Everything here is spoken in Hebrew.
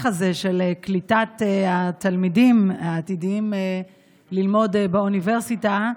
הזה של קליטת התלמידים העתידים ללמוד באוניברסיטה,